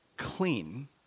clean